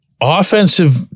offensive